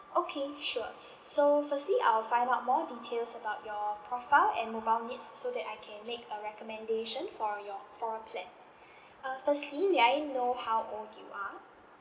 okay sure so firstly I'll find out more details about your profile and mobile needs so that I can make a recommendation for your fore plan uh firstly may I know how old you are